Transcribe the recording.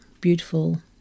beautiful